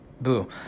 Boo